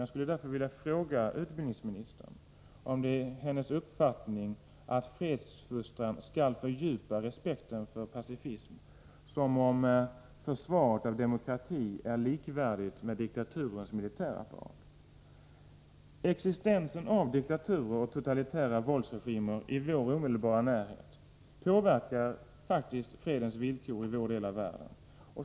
Jag skulle därför vilja fråga utbildningsministern om det är hennes uppfattning att fredsfostran skall fördjupa respekten för pacifismen, som om försvaret av demokrati vore likvärdigt med diktaturens militärapparat. Existensen av diktaturer och totalitära våldsregimer i vår omedelbara närhet påverkar faktiskt fredens villkor i vår del av världen.